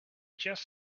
just